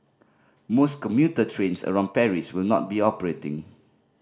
most commuter trains around Paris will not be operating